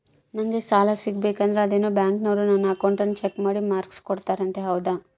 ನಂಗೆ ಸಾಲ ಸಿಗಬೇಕಂದರ ಅದೇನೋ ಬ್ಯಾಂಕನವರು ನನ್ನ ಅಕೌಂಟನ್ನ ಚೆಕ್ ಮಾಡಿ ಮಾರ್ಕ್ಸ್ ಕೋಡ್ತಾರಂತೆ ಹೌದಾ?